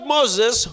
Moses